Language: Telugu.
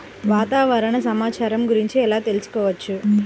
వాతావరణ సమాచారం గురించి ఎలా తెలుసుకోవచ్చు?